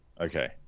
Okay